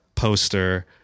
poster